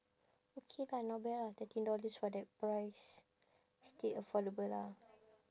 okay lah not bad lah thirteen dollars for that price still affordable lah